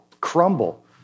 crumble